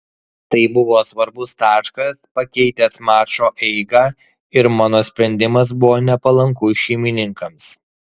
tai buvo svarbus taškas pakeitęs mačo eigą ir mano sprendimas buvo nepalankus šeimininkams